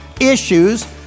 issues